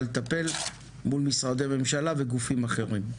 לטפל מול משרדי ממשלה וגופים אחרים.